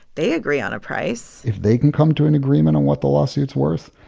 they agree on a price if they can come to an agreement on what the lawsuit's worth,